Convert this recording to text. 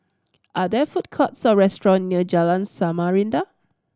are there food courts or restaurant near Jalan Samarinda